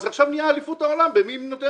אז עכשיו נהיה אליפות העולם במי נותן